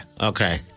okay